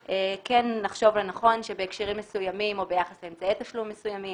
נחשוב לנכון שבהקשרים מסוימים או ביחס לאמצעי תשלום מסוימים